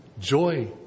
joy